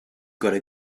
gotta